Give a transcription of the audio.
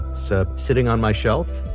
so sitting on my shelf